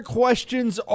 questions